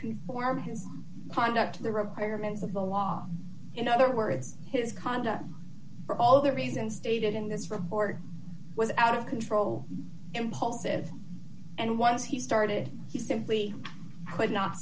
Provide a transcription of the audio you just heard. conform his conduct to the requirements of the law in other words his conduct for all the reasons stated in this report was out of control impulsive and once one he started he simply could not